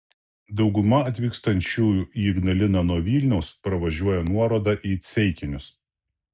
dauguma atvykstančiųjų į ignaliną nuo vilniaus pravažiuoja nuorodą į ceikinius